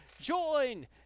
join